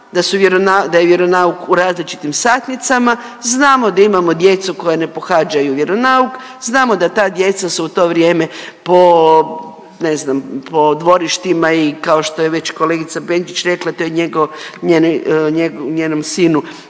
da je vjeronauk u različitim satnicama, znamo da imamo djecu koja ne pohađaju vjeronauk, znamo da ta djeca su u to vrijeme po, ne znam, po dvorištima i kao što je već kolegica Benčić rekla, to je njenom sinu